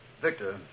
Victor